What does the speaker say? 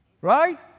Right